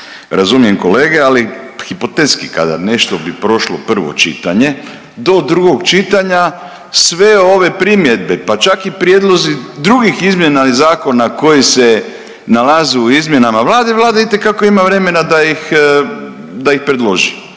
Razumijem kolege, ali hipotetski kada nešto bi prošlo prvo čitanje do drugog čitanja sve ove primjedbe pa čak i prijedlozi drugih izmjena i zakona koji se nalaze u izmjenama Vlada, Vlada itekako ima vremena da ih, da ih predloži.